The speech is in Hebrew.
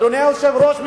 אדוני היושב-ראש,